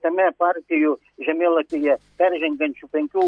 tame partijų žemėlapyje peržengiančių penkių